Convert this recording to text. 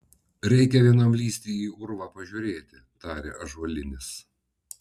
reikia vienam lįsti į urvą pažiūrėti tarė ąžuolinis